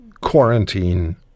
quarantine